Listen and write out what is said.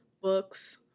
books